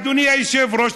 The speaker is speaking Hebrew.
אדוני היושב-ראש,